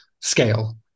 scale